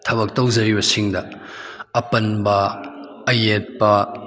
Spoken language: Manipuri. ꯊꯕꯛ ꯇꯧꯖꯔꯤꯕꯁꯤꯡꯗ ꯑꯄꯟꯕ ꯑꯌꯦꯠꯄ